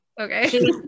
Okay